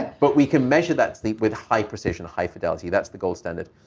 but we can measure that sleep with high precision, high fidelity. that's the gold standard.